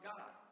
God